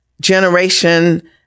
generation